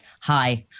Hi